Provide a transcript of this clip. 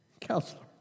counselor